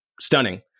Stunning